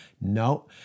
No